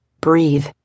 Breathe